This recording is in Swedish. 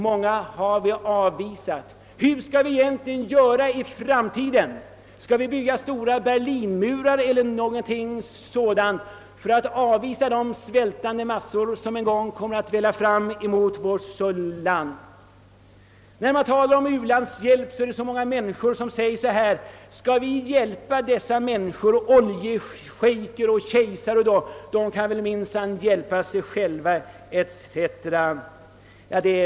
Många har vi avvisat. Hur skall vi egentligen göra i framtiden? Skall vi bygga stora berlinmurar eller något sådant för att avvisa de svältande massor, vilka en gång kommer att välla fram mot vårt land? När man talar om u-hjälpen, säger många människor: Skall vi hjälpa dessa människor? Deras oljeshejker och kejsare kan minsann hjälpa dem.